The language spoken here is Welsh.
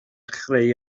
chreu